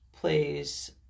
plays